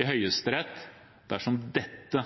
i Høyesterett dersom dette